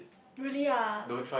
really ah